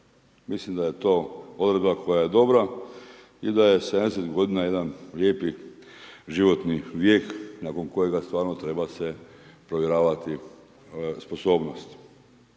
Mislim da je to odredba koja je dobra i da je 70 godina jedan lijepi životni vijek nakon kojega stvarno treba se provjeravati sposobnost